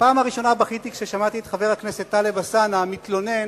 בפעם הראשונה בכיתי כששמעתי את חבר הכנסת טלב אלסאנע מתלונן